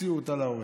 הוציאו אותה להורג.